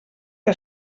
que